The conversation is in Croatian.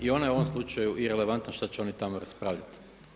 I ona je u ovom slučaju i relevantna što će oni tamo raspravljati.